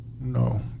no